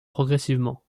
progressivement